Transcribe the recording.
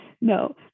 No